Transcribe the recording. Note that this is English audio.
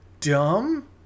dumb